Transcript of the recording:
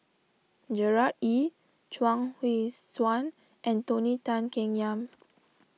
Gerard Ee Chuang Hui Tsuan and Tony Tan Keng Yam